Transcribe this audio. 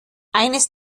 eines